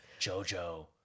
JoJo